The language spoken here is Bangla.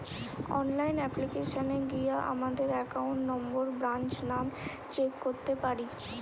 অনলাইন অ্যাপ্লিকেশানে গিয়া আমাদের একাউন্ট নম্বর, ব্রাঞ্চ নাম চেক করতে পারি